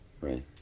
right